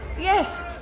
Yes